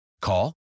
Call